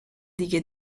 دیگه